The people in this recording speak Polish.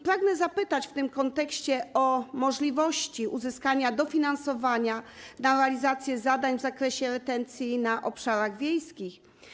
Pragnę zapytać w tym kontekście o możliwości uzyskania dofinansowania na realizację zadań w zakresie retencji na obszarach wiejskich.